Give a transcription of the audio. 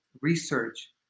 research